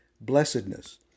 blessedness